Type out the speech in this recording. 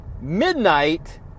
Midnight